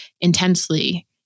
intensely